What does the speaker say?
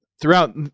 throughout